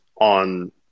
on